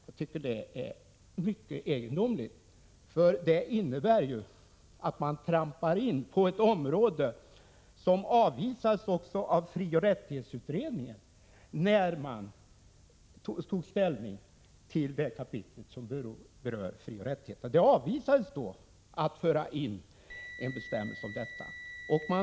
Jag tycker att det är mycket 10 december 1986 egendomligt. Det innebär ju att man trampar in på ett område som awisadess ZIG HN också av frioch rättighetsutredningen, när den tog ställning till det kapitel i RF som berör frioch rättigheter. Förslaget att vi skulle föra in en bestämmelse om förbud mot kollektivanslutning avvisades då.